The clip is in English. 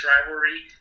rivalry